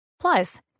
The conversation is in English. Plus